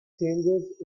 changes